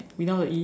without the E